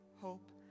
hope